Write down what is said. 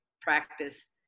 practice